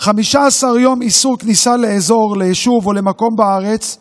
15 יום איסור כניסה לאזור, ליישוב או למקום בארץ,